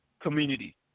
community